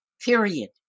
period